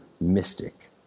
mystic